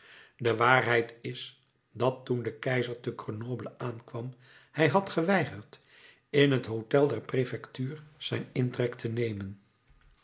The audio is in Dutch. de waarheid is dat toen de keizer te grenoble aankwam hij had geweigerd in het hôtel der prefectuur zijn intrek te nemen